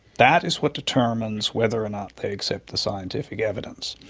that is what determines whether or not they accept the scientific evidence.